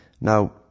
Now